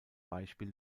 beispiel